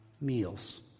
meals